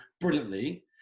brilliantly